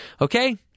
Okay